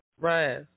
Right